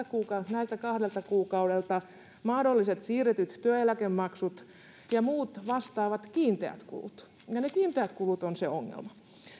näiltä kahdelta kuukaudelta mahdolliset siirretyt työeläkemaksut ja muut vastaavat kiinteät kulut ne kiinteät kulut ovat se ongelma